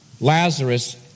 Lazarus